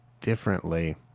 differently